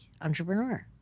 entrepreneur